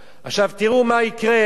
עכשיו, תראו מה יקרה,